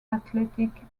athletic